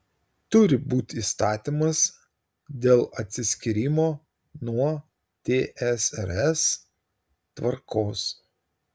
turi būti įstatymas dėl atsiskyrimo nuo tsrs tvarkos